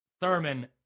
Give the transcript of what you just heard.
Thurman